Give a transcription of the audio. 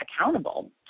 accountable